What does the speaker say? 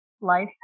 life